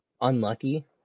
unlucky